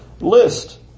list